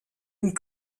une